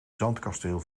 zandkasteel